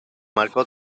marcó